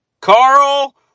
Carl